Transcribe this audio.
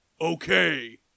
okay